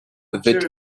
weht